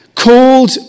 called